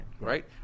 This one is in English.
right